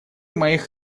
моих